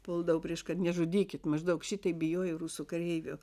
puldavo prieš kad nežudykit maždaug šitaip bijojo rusų kareivių